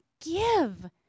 give